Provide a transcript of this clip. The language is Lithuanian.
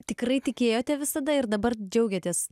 tikrai tikėjote visada ir dabar džiaugiatės